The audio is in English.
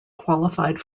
qualified